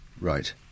Right